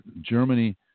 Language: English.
germany